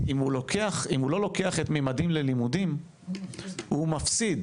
אם הוא לא לוקח את "ממדים ללימודים" הוא מפסיד